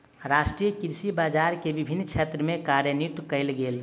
राष्ट्रीय कृषि बजार के विभिन्न क्षेत्र में कार्यान्वित कयल गेल